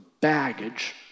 baggage